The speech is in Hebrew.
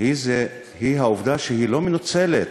היא העובדה שהיא לא מנוצלת